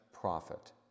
profit